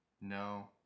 No